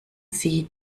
sie